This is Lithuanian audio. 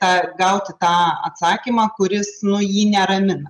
tą gauti tą atsakymą kuris nu jį neramina